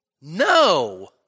No